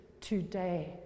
today